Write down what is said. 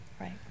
Right